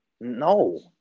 No